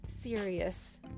serious